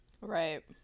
right